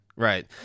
Right